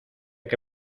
que